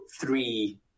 three